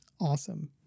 Awesome